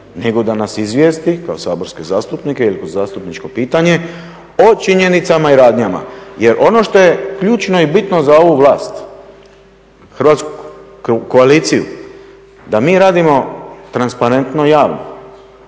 nego da nas izvijesti kao saborske zastupnike ili kao zastupničko pitanje o činjenicama i radnjama. Jer ono što je ključno i bitno za ovu vlast koaliciju, da mi radimo transparentno i javno,